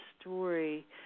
story